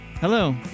Hello